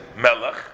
Melech